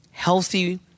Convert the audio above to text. healthy